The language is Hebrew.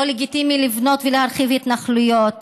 לא לגיטימי לבנות ולהרחיב התנחלויות,